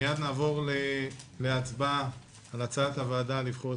מייד נעבור להצבעה על הצעת הוועדה לבחור את